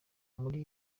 muri